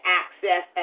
access